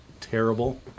Terrible